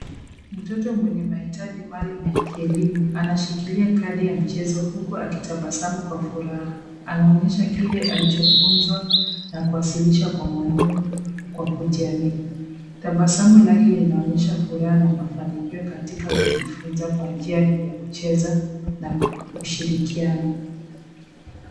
Mtito mwenye maitaji maalum ya kielimu anashikilia kadi ya michezo huku akitabasamu kwa furaha. Anaonyesha kile alichofunzwa na kuwasilisha kwa mwalimu kwa kujiamini. Tabasamu lake linaonyesha furaha na mafanikio katika kujifunza kwa njia ya kucheza na ushirikiano.